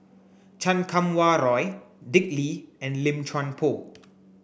Chan Kum Wah Roy Dick Lee and Lim Chuan Poh